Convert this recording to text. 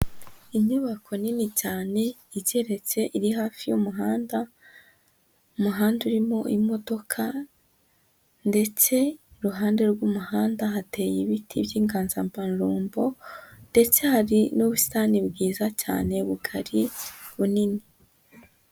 Inyubako nini cyane igeretse iri hafi y'umuhanda, umuhanda urimo imodoka ndetse iruhande rw'umuhanda hateye ibiti by'inganzamarumbo ndetse hari n'ubusitani bwiza cyane bugari bunini.